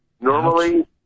Normally